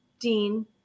Dean